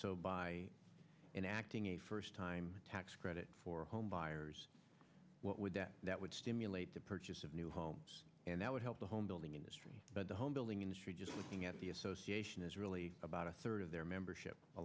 so by enacting a first time tax credit for home buyers what would that that would stimulate the purchase of new homes and that would help the home building industry but the home building industry just looking at the association is really about a third of their membership a